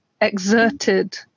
exerted